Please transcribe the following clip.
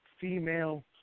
female